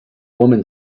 woman